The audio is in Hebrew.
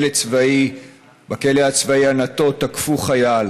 בכלא הצבאי ענתות תקפו חייל